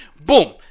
Boom